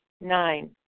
Nine